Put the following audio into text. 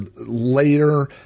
later